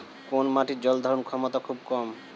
কোন মাটির জল ধারণ ক্ষমতা খুব কম?